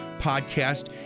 Podcast